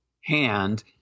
hand